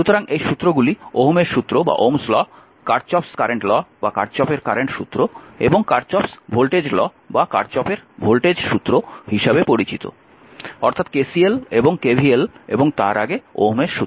সুতরাং এই সুত্রগুলি ওহমের সূত্র Ohm's Law কারচফের কারেন্ট সূত্র Kirchhoff's current law এবং কারচফের ভোল্টেজ সূত্র Kirchhoff's voltage law হিসাবে পরিচিত অর্থাৎ KCL এবং KVL এবং তার আগে ওহমের সূত্র